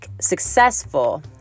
successful